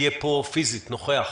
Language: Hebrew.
יהיה נוכח